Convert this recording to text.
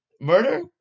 Murder